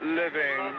living